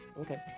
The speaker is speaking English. Okay